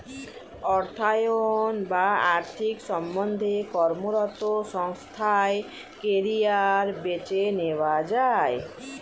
অর্থায়ন বা আর্থিক সম্বন্ধে কর্মরত সংস্থায় কেরিয়ার বেছে নেওয়া যায়